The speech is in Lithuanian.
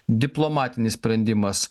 diplomatinis sprendimas